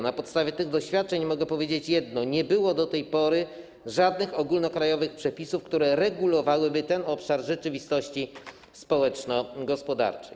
Na podstawie tych doświadczeń mogę powiedzieć jedno: nie było do tej pory żadnych ogólnokrajowych przepisów, które regulowałyby ten obszar rzeczywistości społeczno-gospodarczej.